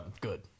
good